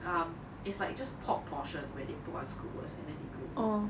um it's like just pork portion where they put on skewers and then they grill it